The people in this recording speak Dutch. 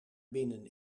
binnen